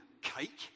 cake